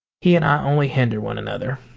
he and i only hinder one another.